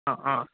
ಹಾಂ ಹಾಂ